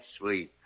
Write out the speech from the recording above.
sweet